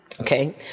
Okay